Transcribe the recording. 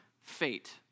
fate